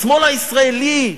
השמאל הישראלי.